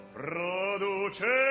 produce